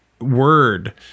word